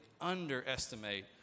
underestimate